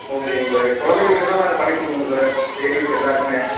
ஓகேங்க சார் கொழந்தைகளுக்கு தான் நாங்கள் பண்ணிக் கொடுக்குறோங்க சார் லேடீஸ் எல்லோருக்குமே